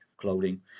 clothing